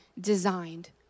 designed